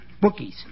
Bookies